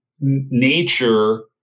nature